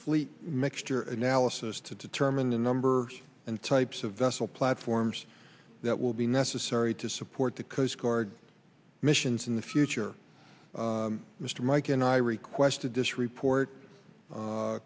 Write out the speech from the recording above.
fleet mixture analysis to determine the number and types of vessel platforms that will be necessary to support the coast guard missions in the future mr mike and i requested this report a